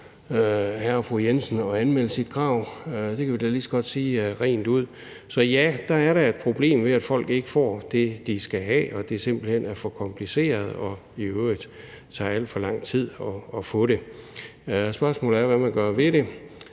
hr. og fru Jensen at anmelde deres krav. Det kan vi da lige så godt sige rent ud. Så ja, det er da et problem, at folk ikke får det, de skal have, og at det simpelt hen er for kompliceret, og at det i øvrigt tager alt for lang tid at få det. Spørgsmålet er, hvad man gør ved det.